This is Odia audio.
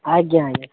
ଆଜ୍ଞା ଆଜ୍ଞା ସାର୍